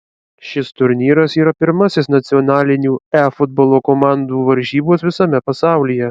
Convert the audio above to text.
šis turnyras yra pirmasis nacionalinių e futbolo komandų varžybos visame pasaulyje